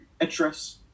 address